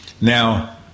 Now